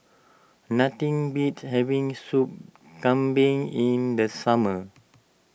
nothing beats having Soup Kambing in the summer